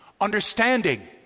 understanding